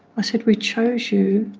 i said we chose you,